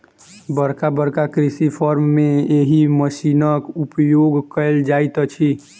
बड़का बड़का कृषि फार्म मे एहि मशीनक उपयोग कयल जाइत अछि